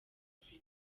africa